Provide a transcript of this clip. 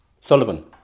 Sullivan